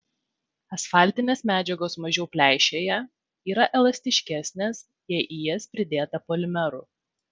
asfaltinės medžiagos mažiau pleišėja yra elastiškesnės jei į jas pridėta polimerų